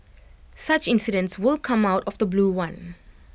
such incidents will come out of the blue one